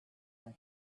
from